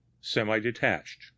semi-detached